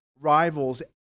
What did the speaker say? rivals